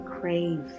crave